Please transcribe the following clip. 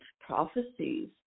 prophecies